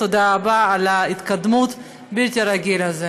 תודה רבה על ההתקדמות הבלתי-רגילה הזאת.